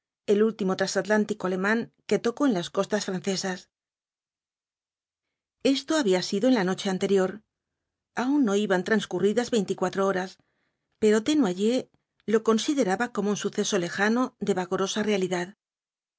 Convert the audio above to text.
el último trasatlántico alemán que tocó en las costas francesas esto había sido en la noche anterior aun no iban transcurridas veinticuatro horas pero desnoyers lo consideraba como un suceso lejano de vagorosa realidad